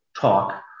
talk